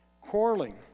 quarreling